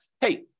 hey